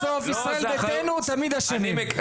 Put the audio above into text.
בסוף, ישראל ביתנו תמיד אשמים.